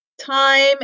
time